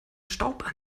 staub